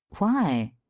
why?